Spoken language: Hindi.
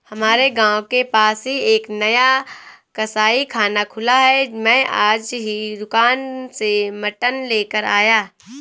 हमारे गांव के पास ही एक नया कसाईखाना खुला है मैं आज ही दुकान से मटन लेकर आया